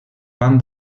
van